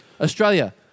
Australia